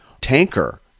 tanker